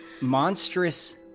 monstrous